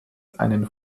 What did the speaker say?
einen